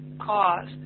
cause